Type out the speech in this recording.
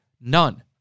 none